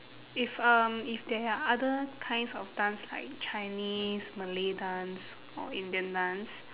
if um if there are other kinds of dance like chinese malay dance or indian dance